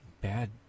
bad